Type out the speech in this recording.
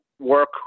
work